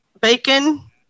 bacon